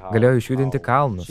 galėjau išjudinti kalnus